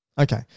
Okay